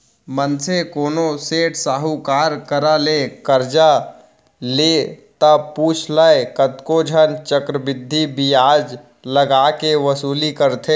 मनसे कोनो सेठ साहूकार करा ले करजा ले ता पुछ लय कतको झन चक्रबृद्धि बियाज लगा के वसूली करथे